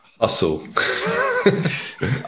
hustle